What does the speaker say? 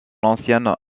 ancienne